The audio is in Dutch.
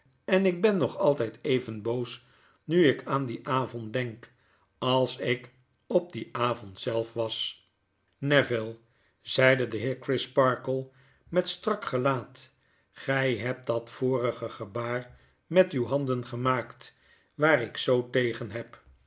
en ik beii nog altijd even boos nu ik aan dien avond denk als ik op dien avond zelf was neville zeide de heer crisparkle met strak gelaat gij hebt dat vorige gebaar met uwe handen gemaakt waar ik zoo tegen heb